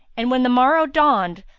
and when the morrow dawned,